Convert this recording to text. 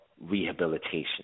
rehabilitation